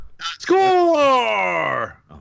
SCORE